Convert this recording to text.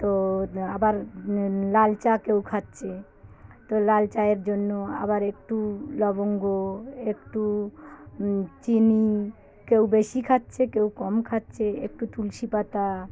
তো আবার লাল চা কেউ খাচ্ছে তো লাল চায়ের জন্য আবার একটু লবঙ্গ একটু চিনি কেউ বেশি খাচ্ছে কেউ কম খাচ্ছে একটু তুলসী পাতা